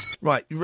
Right